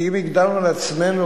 כי אם הגדרנו לעצמנו,